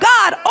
God